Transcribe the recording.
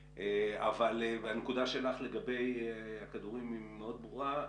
והנקודה שלך לגבי הכדורים מאוד ברורה,